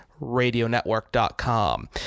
radionetwork.com